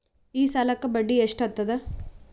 ಈ ಸಾಲಕ್ಕ ಬಡ್ಡಿ ಎಷ್ಟ ಹತ್ತದ?